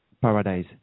paradise